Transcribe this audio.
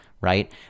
right